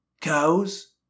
cows